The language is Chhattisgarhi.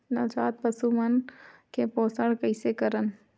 नवजात पशु मन के पोषण कइसे करन?